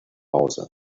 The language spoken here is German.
hause